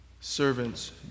Servants